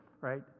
Right